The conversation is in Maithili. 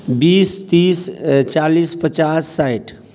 बीस तीस चालीस पचास साठि